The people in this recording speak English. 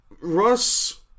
Russ